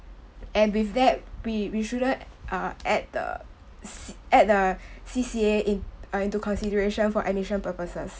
and with that we we shouldn't uh add the add the C_C_A in into consideration for admission purposes